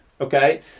okay